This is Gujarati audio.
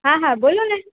હા હા બોલોને